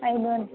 ఐదు వరకు